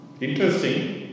Interesting